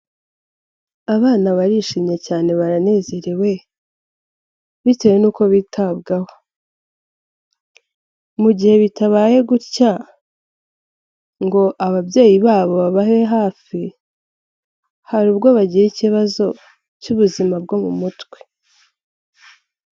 Abana barishimye cyane baranezerewe bitewe n'uko bitabwaho, mu gihe bitabaye gutya ngo ababyeyi babo bababe hafi hari ubwo bagira ikibazo cy'ubuzima bwo mu mutwe.